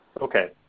Okay